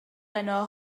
heno